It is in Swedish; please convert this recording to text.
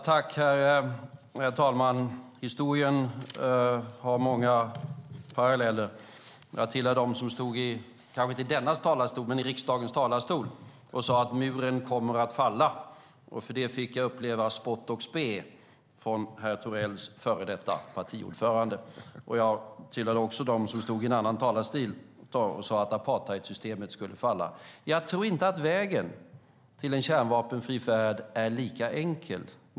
Herr talman! Historien har många paralleller. Jag hör till dem som stod i riksdagens talarstol och sade att muren kommer att falla. För detta fick jag uppleva spott och spe från herr Thorells före detta partiordförande. Jag hör också till dem som stod i en annan talarstol och sade att apartheidsystemet skulle falla. Jag tror dock inte att vägen till en kärnvapenfri värld är lika enkel.